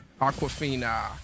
Aquafina